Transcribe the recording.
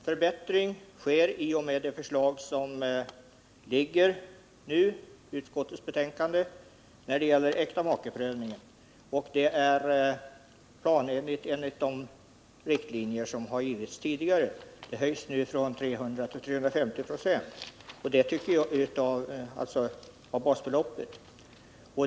Herr talman! En förbättring kommer till stånd genom utskottets förslag beträffande äktamakeprövningen. Förbättringen sker enligt de riktlinjer som tidigare givits. Fribeloppet höjs nu från 300 96 till 350 96 av basbeloppet.